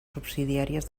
subsidiàries